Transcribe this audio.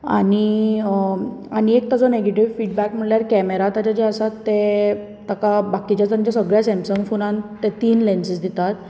आनी आनी एक ताजो नेगेटीव फिडबेक म्हणल्यार कॅमेरा ताजे जे आसात ते ताका बाकींच्या ताच्या सॅमसंग फोनांत ते तीन लेन्सीस दितात